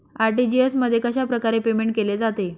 RTGS मध्ये कशाप्रकारे payment केले जाते?